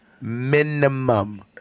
minimum